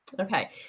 Okay